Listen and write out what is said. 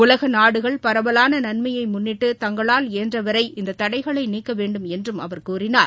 உலக நாடுகள் பரவலான நன்மையை முன்னிட்டு தங்களால் இயன்ற வரை இந்த தடைகளை நீக்க வேண்டும் என்றும் அவர் கூறினார்